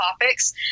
topics